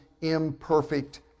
imperfect